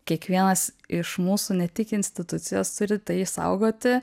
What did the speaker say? kiekvienas iš mūsų ne tik institucijos turi tai išsaugoti